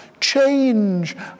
change